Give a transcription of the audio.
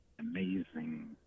amazing